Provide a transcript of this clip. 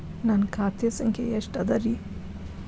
ನನ್ನ ಖಾತೆ ಸಂಖ್ಯೆ ಎಷ್ಟ ಅದರಿ?